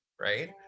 right